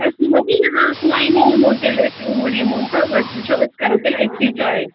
أسۍ یِمو تیٚلہِ یِمو تیٚلہِ أسۍ اوٗرۍ یِمو تہٕ أسۍ وٕچھو أسۍ کَرو تیٚلہِ أتھی چایِس